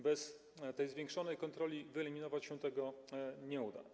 Bez zwiększonej kontroli wyeliminować się tego nie uda.